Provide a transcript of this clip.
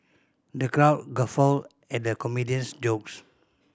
the crowd guffawed at the comedian's jokes